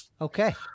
Okay